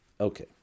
Okay